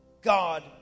God